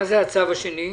מה זה הצו השני?